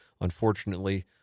unfortunately